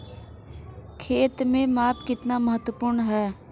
खेत में माप कितना महत्वपूर्ण है?